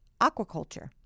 aquaculture